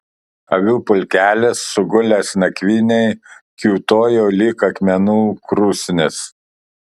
avių pulkelis sugulęs nakvynei kiūtojo lyg akmenų krūsnis